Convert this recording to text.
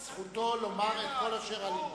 זכותו לומר את כל אשר על לבו.